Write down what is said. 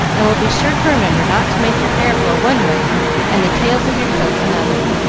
and will be sure to remember not to make your hair blow one way and the tails of your coat another,